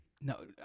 No